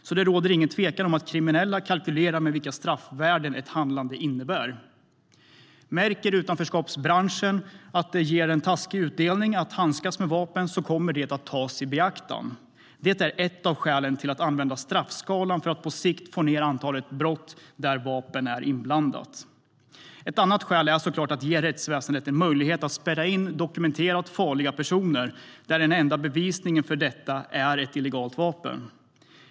Det råder alltså ingen tvekan om att kriminella kalkylerar med vilka straffvärden ett handlande innebär. Märker utanförskapsbranschen att det ger en taskig utdelning att handskas med vapen så kommer det att tas i beaktande. Det är ett av skälen till att använda straffskalan för att på sikt få ned antalet brott där vapen är inblandade. Ett annat skäl är såklart att ge rättsväsendet en möjlighet att spärra in dokumenterat farliga personer i de fall då den enda bevisningen för detta är ett illegalt vapen.